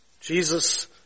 Jesus